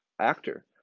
actor